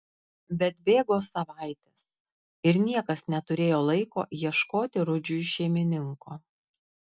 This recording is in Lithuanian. bet bėgo savaitės ir niekas neturėjo laiko ieškoti rudžiui šeimininko